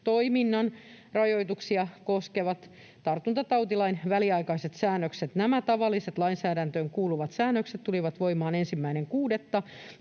ravitsemustoiminnan rajoituksia koskevat tartuntatautilain väliaikaiset säännökset. Nämä tavalliseen lainsäädäntöön kuuluvat säännökset tulivat voimaan 1.6.,